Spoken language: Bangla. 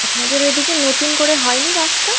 আপনাদের ঐ দিকে নতুন করে হয় নি রাস্তা